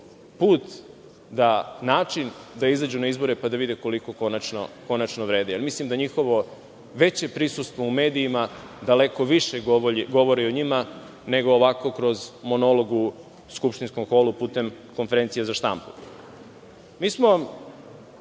put i način da izađu na izbore, pa da vide koliko konačno vrede, jer mislim da njihovo veće prisustvo u medijima daleko više govori o njima nego ovako kroz monolog u skupštinskom holu putem konferencije za štampu. Mi